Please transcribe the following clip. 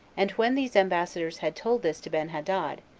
and when these ambassadors had told this to benhadad,